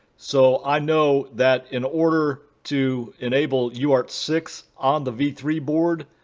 so i know that in order to enable uart six on the v three board,